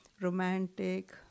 romantic